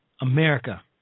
America